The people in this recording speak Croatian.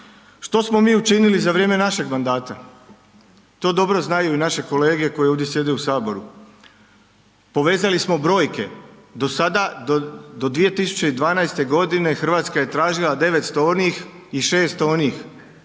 Što smo mi učinili za vrijeme našeg mandata? To dobro znaju i naše kolege koje ovdje sjede u Saboru. Povezali smo brojke. Do sada, do 2012. godine, Hrvatska je tražila 900 onih i 600 onih.